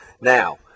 Now